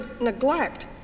neglect